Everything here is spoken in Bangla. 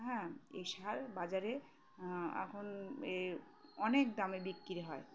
হ্যাঁ এই সার বাজারে এখন এ অনেক দামে বিক্রি হয়